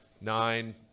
nine